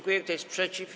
Kto jest przeciw?